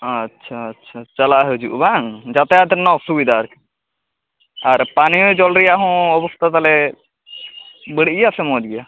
ᱟᱪᱷᱟ ᱟᱪᱷᱟ ᱪᱟᱞᱟᱜ ᱦᱤᱦᱩᱜ ᱵᱟᱝ ᱡᱟᱛᱟᱭᱟᱛ ᱨᱮᱱᱟᱜ ᱚᱥᱩᱵᱤᱫᱷᱟ ᱟᱨᱠᱤ ᱟᱨ ᱯᱟᱱᱤᱭᱚ ᱡᱚᱞ ᱨᱮᱭᱟᱜ ᱦᱚᱸ ᱚᱵᱚᱥᱛᱟ ᱛᱟᱦᱚᱞᱮ ᱵᱟᱹᱲᱤᱡ ᱜᱮᱭᱟ ᱥᱮ ᱢᱚᱡ ᱜᱮᱭᱟ